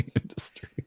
industry